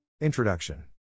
Introduction